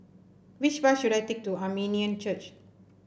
which bus should I take to Armenian Church